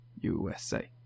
USA